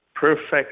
perfect